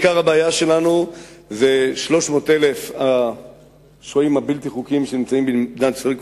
עיקר הבעיה שלנו זה 300,000 השוהים הבלתי-חוקיים שנמצאים במדינת ישראל,